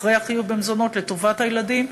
אחרי החיוב במזונות לטובת הילדים,